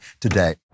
today